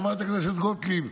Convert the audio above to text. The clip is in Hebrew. חברת הכנסת גוטליב,